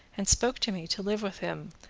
and spoke to me to live with him,